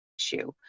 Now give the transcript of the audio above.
issue